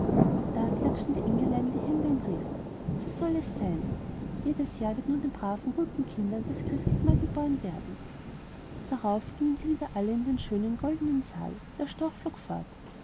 da klatschten die engelein in die hände und riefen so soll es sein jedes jahr wird nun den guten braven kindern das christkind neu geboren werden darauf gingen sie wieder alle in den schönen goldnen saal der storch flog fort